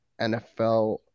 NFL